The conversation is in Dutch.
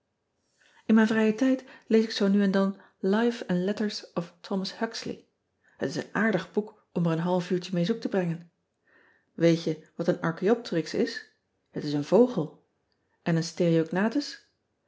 n mijn vrijen tijd lees ik zoo nu en dan ife and etters of homas uxley et is een aardig boek om er een half uurtje mee zoek te brengen eet je wat een archaeopteryx is et is een vogel n een